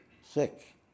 sick